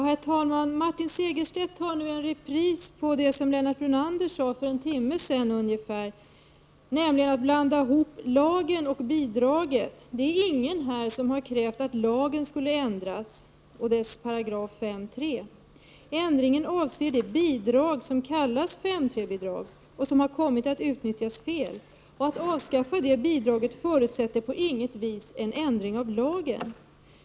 Herr talman! Martin Segerstedt gör nu en repris på det som Lennart Brunander sade för en timme sedan ungefär; han blandar nämligen ihop lagen och bidraget. Det är ingen här som har krävt att lagen och dess 5:3-paragraf skulle ändras. Ändringen avser det bidrag som kallas 5:3 bidraget och som har kommit att utnyttjas fel. Att avskaffa det bidraget förutsätter på inget vis en ändring av lagen.